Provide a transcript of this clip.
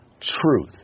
truth